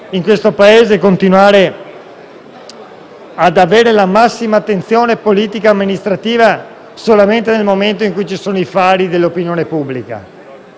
in questo Paese, continuare ad avere la massima attenzione politica e amministrativa solamente nel momento in cui ci sono i fari dell'opinione pubblica.